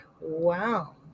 wow